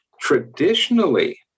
traditionally